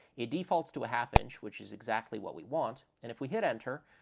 it defaults to a half-inch, which is exactly what we want, and if we hit enter,